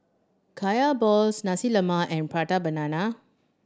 Kaya balls Nasi Lemak and Prata Banana